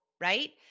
right